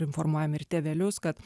informuojam ir tėvelius kad